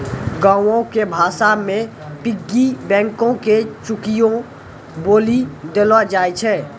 गांवो के भाषा मे पिग्गी बैंको के चुकियो बोलि देलो जाय छै